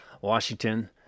Washington